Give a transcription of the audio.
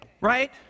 Right